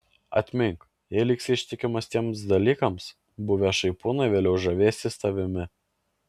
atmink jei liksi ištikimas tiems dalykams buvę šaipūnai vėliau žavėsis tavimi